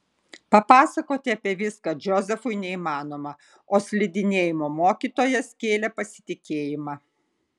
papasakoti apie viską džozefui neįmanoma o slidinėjimo mokytojas kėlė pasitikėjimą